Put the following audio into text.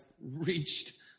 reached